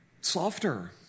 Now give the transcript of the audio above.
softer